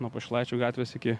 nuo pašilaičių gatvės iki